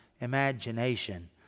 imagination